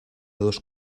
dos